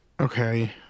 okay